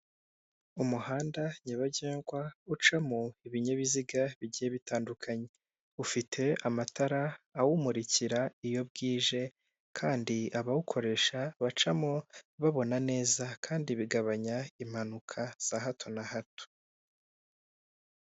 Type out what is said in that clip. Umuhanda nyabagendwa ucamo ibinyabiziga bigiye bitandukanye, ufite amatara awumurikira iyo bwije, kandi abawukoresha bacamo babona neza kandi bigabanya impanuka za hato na hato.